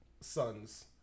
sons